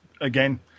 again